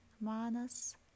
manas